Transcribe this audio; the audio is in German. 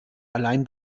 allein